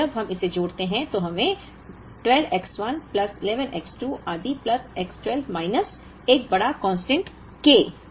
इसलिए जब हम इसे जोड़ते हैं तो हमें 12 X 1 प्लस 11 X 2 आदि प्लस X 12 माइनस एक बड़ा निरंतर कांस्टेंट K मिलता है